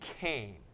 came